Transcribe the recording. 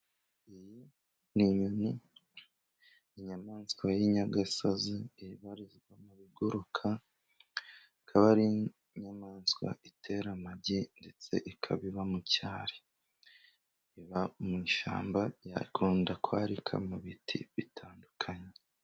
Iyi ni inyoni, inyamaswa y'inyagasozi ibarizwa mu biguruka, ikaba ari inyamaswa itera amagi ndetse ikaba iba mu cyari, iba mu ishyamba ikunda kwarika mu biti bitandukanye.